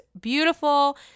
beautiful